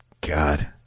God